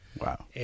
Wow